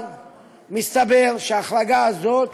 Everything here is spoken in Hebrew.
אבל מסתבר שההחרגה הזאת